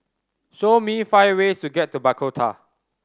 show me five ways to get to Bogota